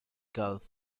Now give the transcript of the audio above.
gulf